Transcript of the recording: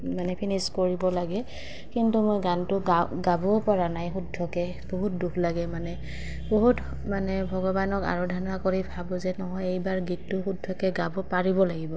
মানে ফিনিছ কৰিব লাগে কিন্তু মই গানটো গা গাবও পৰা নাই শুদ্ধকে বহুত দুখ লাগে মানে বহুত মানে ভগৱানক আৰধনা কৰি ভাবোঁ যে নহয় এইবাৰ গীতটো শুদ্ধকৈ গাব পাৰিব লাগিব